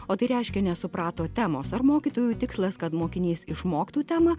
o tai reiškia nesuprato temos ar mokytojų tikslas kad mokinys išmoktų temą